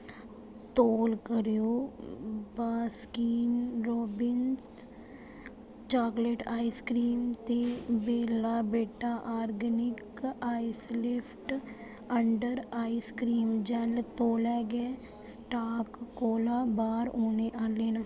तौल करेओ Baskin Robbins chocolate ice cream ते Bella Vita organic ice lift under ice cream जैल्ल तौले गै स्टाक कोला बाह्र होने आह्ले न